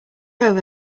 over